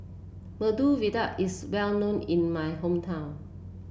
Medu Vada is well known in my hometown